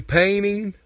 painting